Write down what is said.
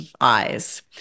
eyes